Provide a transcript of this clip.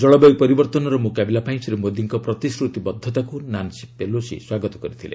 ଜଳବାୟୁ ପରିବର୍ତ୍ତନର ମୁକାବିଲା ପାଇଁ ଶ୍ରୀ ମୋଦିଙ୍କ ପ୍ରତିଶ୍ରତିବଦ୍ଧତାକୁ ନାନ୍ସେ ପେଲୋସି ସ୍ୱାଗତ କରିଥିଲେ